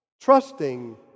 trusting